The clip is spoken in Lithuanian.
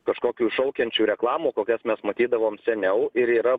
kažkokių šaukiančių reklamų kokias mes matydavom seniau ir yra